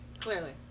clearly